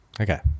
Okay